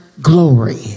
glory